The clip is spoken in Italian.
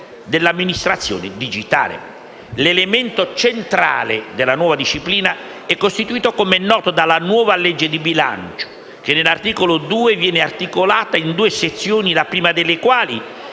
dell'amministrazione digitale. L'elemento centrale della nuova disciplina è costituito - com'è noto - dalla nuova legge di bilancio che, nell'articolo 2, viene articolata in due sezioni, la prima delle quali,